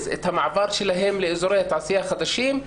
את המעבר שלהם לאזורי תעשייה חדשים.